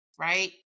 Right